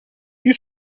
più